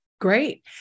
Great